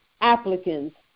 applicants